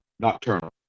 Nocturnal